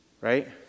Right